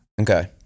okay